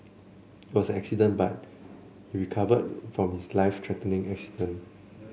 it was accident that he recovered from his life threatening accident